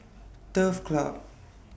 Turf Club